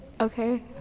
Okay